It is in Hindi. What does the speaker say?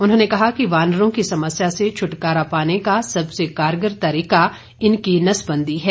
उन्होंने कहा कि वानरों की समस्या से छुटकारा पाने का सबसे कारगर तरीका इनकी नसबंदी है